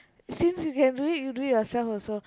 since you can do it you do it yourself also